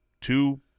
two –